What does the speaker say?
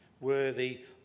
worthy